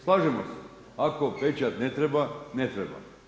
Slažemo se, ako pečat ne treba, ne treba.